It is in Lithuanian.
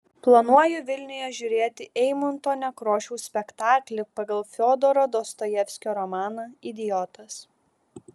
planuoju vilniuje žiūrėti eimunto nekrošiaus spektaklį pagal fiodoro dostojevskio romaną idiotas